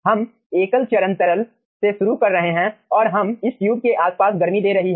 हम एकल चरण तरल से शुरू कर रहे हैं और हम इस ट्यूब के आसपास गर्मी दे रही है